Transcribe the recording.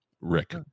Rick